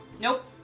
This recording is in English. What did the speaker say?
Nope